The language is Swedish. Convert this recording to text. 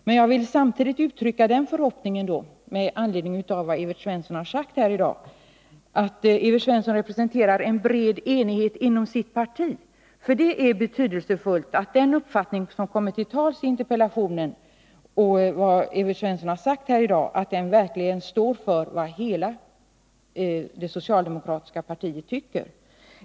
Men jag vill samtidigt — med tanke på vad Evert Svensson har sagt i dag — uttrycka den förhoppningen att Evert Svensson representerar en bred opinion inom sitt parti. Det är nämligen betydelsefullt att den uppfattning som kommer till uttryck i interpellationen och som Evert Svensson fört fram här i dag verkligen är vad hela det socialdemokratiska partiet tycker.